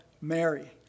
Mary